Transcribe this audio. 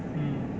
mm